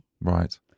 Right